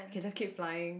can just keep flying